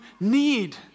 need